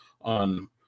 on